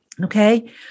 okay